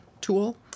tool